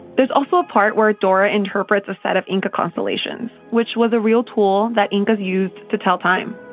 there's also a part where dora interprets a set of inca constellations, which was a real tool that incas used to tell time.